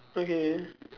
okay